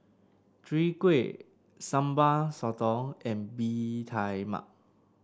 Chwee Kueh Sambal Sotong and Bee Tai Mak